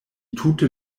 tute